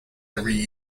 every